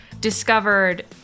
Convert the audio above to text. discovered